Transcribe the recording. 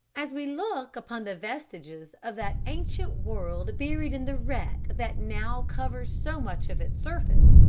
as we look upon the vestiges of that ancient world buried in the wreck that now covers so much of its surface,